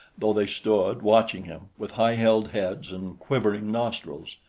though they stood watching him, with high-held heads and quivering nostrils.